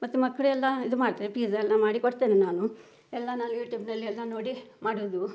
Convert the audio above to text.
ಮತ್ತೆ ಮಕ್ಳು ಎಲ್ಲ ಇದು ಮಾಡ್ತೆ ಪೀಝಾ ಎಲ್ಲ ಮಾಡಿ ಕೊಡ್ತೇನೆ ನಾನು ಎಲ್ಲ ನಾನು ಯೂಟ್ಯೂಬ್ನಲ್ಲಿ ಎಲ್ಲ ನೋಡಿ ಮಾಡೋದು